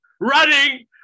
running